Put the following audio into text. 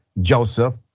Joseph